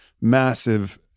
massive